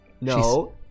No